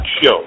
show